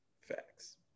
Facts